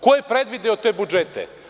Ko je predvideo te budžete?